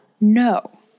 No